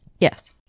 Yes